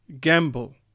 Gamble